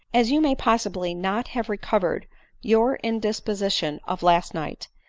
as you may possibly not have recovered your indisposition of last night,